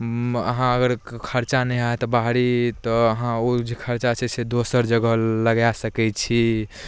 अहाँ अगर खर्चा नहि होयत बाहरी तऽ अहाँ ओ जे खर्चा छै से दोसर जगह लगाय सकै छी